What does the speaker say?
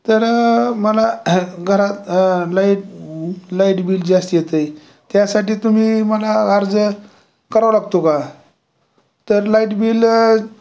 तर मला घरात लाईट लाईट बिल जास्त येतं आहे त्यासाठी तुम्ही मला अर्ज करावा लागतो का तर लाईट बिल